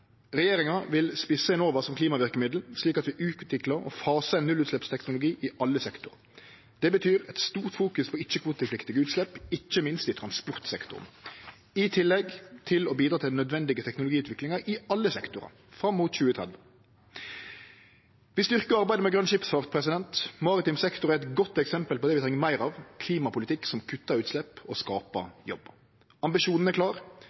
Regjeringa vil spisse Enova som klimaverkemiddel, slik at vi utviklar og fasar ein nullutsleppsteknologi i alle sektorar. Det betyr eit stort fokus på ikkje-kvotepliktige utslepp, ikkje minst i transportsektoren, i tillegg til å bidra til nødvendige teknologiutviklingar i alle sektorar fram mot 2030. Vi styrkjer arbeidet med grøn skipsfart. Maritim sektor er eit godt eksempel på det vi treng meir av: klimapolitikk som kuttar utslepp og skaper jobbar. Ambisjonen er klar: